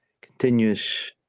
continuous